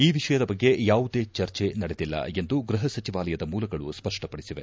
ಈ ವಿಷಯದ ಬಗ್ಗೆ ಯಾವುದೇ ಚರ್ಚೆ ನಡೆದಿಲ್ಲ ಎಂದು ಗೃಹಸಚಿವಾಲಯದ ಮೂಲಗಳು ಸಪ್ಪಪಡಿಸಿದೆ